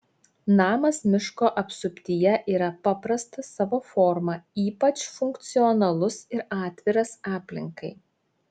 namas miško apsuptyje yra paprastas savo forma ypač funkcionalus ir atviras aplinkai